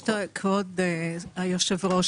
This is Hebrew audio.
היושב ראש,